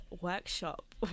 workshop